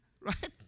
Right